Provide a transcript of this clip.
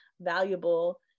valuable